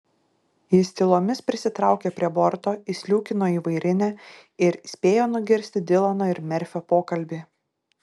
jis tylomis prisitraukė prie borto įsliūkino į vairinę ir spėjo nugirsti dilano ir merfio pokalbį